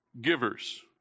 givers